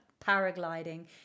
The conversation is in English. paragliding